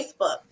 Facebook